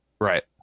Right